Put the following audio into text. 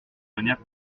manière